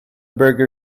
burger